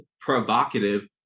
provocative